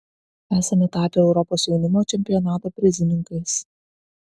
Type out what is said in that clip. esame tapę europos jaunimo čempionato prizininkais